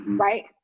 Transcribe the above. right